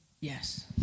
Yes